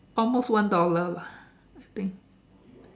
almost one dollar lah I think